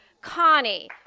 Connie